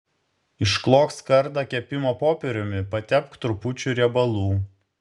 išklok skardą kepimo popieriumi patepk trupučiu riebalų